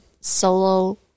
solo